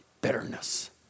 bitterness